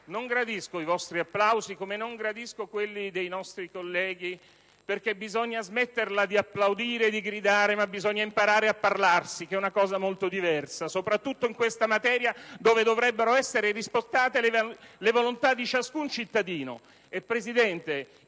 non gradisco i vostri applausi, come non gradisco quelli dei colleghi del mio Gruppo, perché bisogna smettere di applaudire e di gridare; bisogna, invece, imparare a parlarsi, che è cosa molto diversa, soprattutto in questa materia dove dovrebbero essere rispettate le volontà di ciascun cittadino.